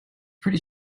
pretty